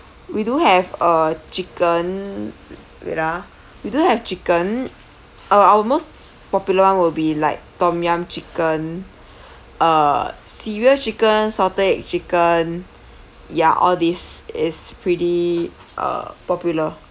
we do have uh chicken wait ah we do have chicken uh our most popular [one] will be like tom yum chicken uh cereal chicken salted egg chicken ya all this is pretty uh popular